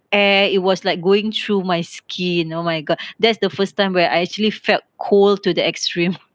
air it was like going through my skin oh my god that's the first time where I actually felt cold to the extreme